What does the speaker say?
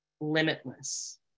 limitless